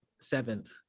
seventh